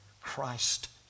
Christ